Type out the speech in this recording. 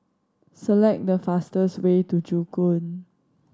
select the fastest way to Joo Koon